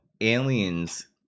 aliens